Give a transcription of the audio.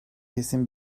kesin